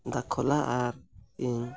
ᱫᱟᱠᱷᱚᱞᱟ ᱟᱨ ᱤᱧ